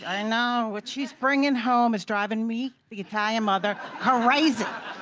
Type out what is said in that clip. ah know, what she's bringing home is driving me, the italian mother, crazy.